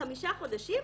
חמישה חודשים?